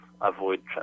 avoid